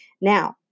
Now